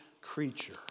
creature